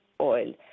oil